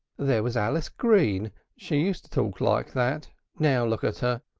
there was alice green she used to talk like that now look at her,